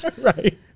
Right